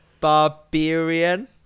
barbarian